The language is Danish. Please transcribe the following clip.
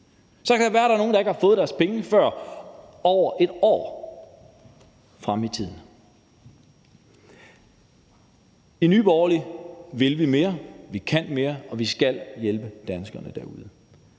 Så kan det være, at der er nogle, der ikke får deres penge før, altså over et år frem i tiden. I Nye Borgerlige vil vi mere, vi kan mere, og vi skal hjælpe danskerne derude.